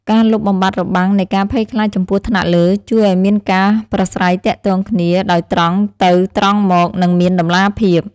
ការលុបបំបាត់របាំងនៃការភ័យខ្លាចចំពោះថ្នាក់លើ ជួយឱ្យមានការប្រាស្រ័យទាក់ទងគ្នាដោយត្រង់ទៅត្រង់មកនិងមានតម្លាភាព។